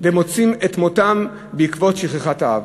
ומוצאים את מותם בעקבות שכחת האב.